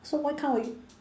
so why can't we